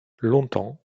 longtemps